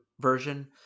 version